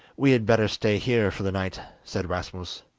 we had better stay here for the night said rasmus.